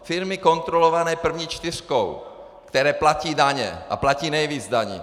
Firmy kontrolované první čtyřkou, které platí daně a platí nejvíc daní.